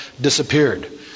disappeared